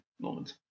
moment